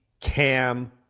Cam